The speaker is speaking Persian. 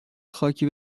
خاکی